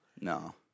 No